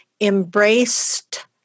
Embraced